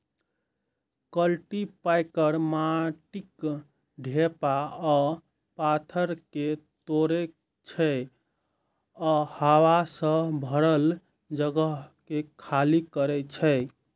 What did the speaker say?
cultipacker माटिक ढेपा आ पाथर कें तोड़ै छै आ हवा सं भरल जगह कें खाली करै छै